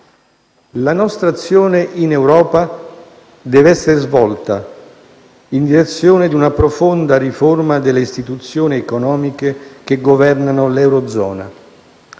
La nostra azione in Europa deve essere svolta in direzione di una profonda riforma delle istituzioni economiche che governano l'eurozona.